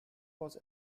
was